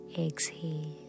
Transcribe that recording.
exhale